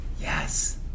yes